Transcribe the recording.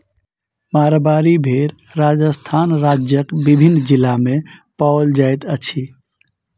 मारवाड़ी भेड़ राजस्थान राज्यक विभिन्न जिला मे पाओल जाइत अछि